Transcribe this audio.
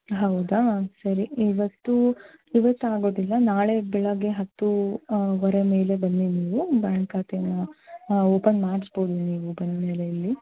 ಹೌದಾ ಸರಿ ಇವತ್ತು ಇವತ್ತು ಆಗೋದಿಲ್ಲ ನಾಳೆ ಬೆಳಗ್ಗೆ ಹತ್ತು ವರೆ ಮೇಲೆ ಬನ್ನಿ ನೀವು ಬ್ಯಾಂಕ್ ಖಾತೆನ ಓಪನ್ ಮಾಡಿಸ್ಬೋದು ನೀವು ಬಂದಮೇಲೆ ಇಲ್ಲಿ